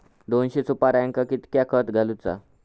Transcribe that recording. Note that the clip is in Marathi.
दोनशे सुपार्यांका कितक्या खत घालूचा?